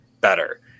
better